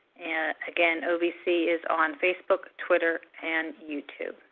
and again, ovc is on facebook, twitter, and youtube.